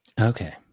Okay